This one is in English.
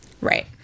right